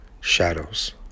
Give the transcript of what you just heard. Shadows